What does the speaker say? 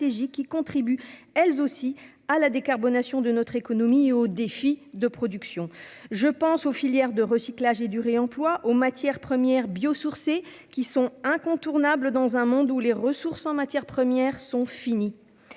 qui contribuent elles aussi à la décarbonation de notre économie et aux défis de production. Je pense aux filières de recyclage et de réemploi et aux matières premières biosourcées, qui sont incontournables dans un monde où les ressources en matières premières sont finies.